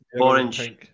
Orange